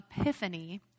epiphany